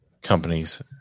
companies